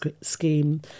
scheme